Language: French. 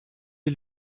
est